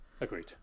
Agreed